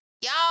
y'all